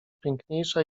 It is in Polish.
piękniejsza